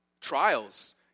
trials